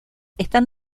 están